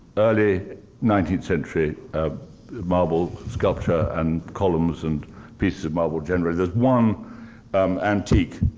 early nineteenth century ah marble sculpture, and columns, and pieces of marble generally. there's one antique